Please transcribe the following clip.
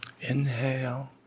Inhale